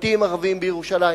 בתים ערביים בירושלים.